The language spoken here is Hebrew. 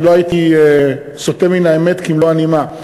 ולא הייתי סוטה מן האמת כמלוא הנימה,